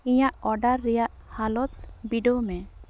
ᱤᱧᱟᱹᱜ ᱚᱰᱟᱨ ᱨᱮᱭᱟᱜ ᱦᱟᱞᱚᱛ ᱵᱤᱰᱟᱹᱣ ᱢᱮ